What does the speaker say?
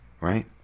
Right